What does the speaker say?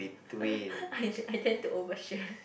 I t~ I tend to over share